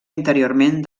interiorment